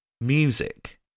music